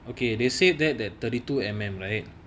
okay they said that that thirty two mm right